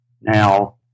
now